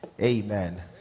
amen